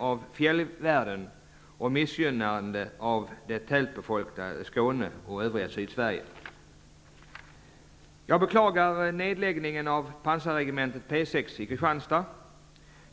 av fjällvärlden som sker, samtidigt som man missgynnar det tättbefolkade Skåne och övriga Sydsverige. Jag beklagar nedläggningen av pansarregementet P 6 i Kristianstad.